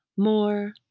More